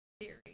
theory